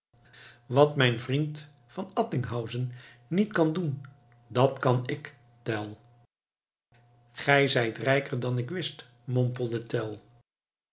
wat mijn vriend van attinghausen niet kan doen dat kan ik tell gij zijt rijker dan ik wist